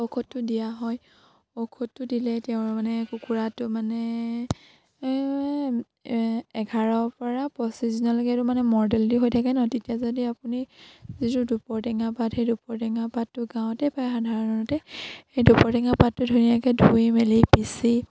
ঔষধটো দিয়া হয় ঔষধটো দিলে তেওঁৰ মানে কুকুৰাটো মানে এঘাৰ পৰা পঁচিছ দিনলৈকে এইটো মানে মৰ্টেলিটি দি হৈ থাকে ন তেতিয়া যদি আপুনি যিটো দুপৰটেঙা পাত সেই দুপৰ টেঙা পাতটো গাঁৱতে পায় সাধাৰণতে সেই দুপৰ টেঙা পাতটো ধুনীয়াকে ধুই মেলি পিচি